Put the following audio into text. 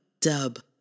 Dub